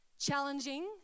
challenging